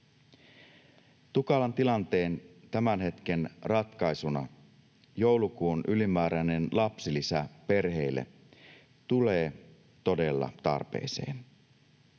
Tukalan tilanteen tämän hetken ratkaisuna joulukuun ylimääräinen lapsilisä perheille tulee todella tarpeeseen.